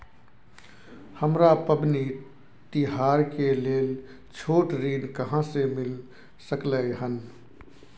हमरा पबनी तिहार के लेल छोट ऋण कहाँ से मिल सकलय हन?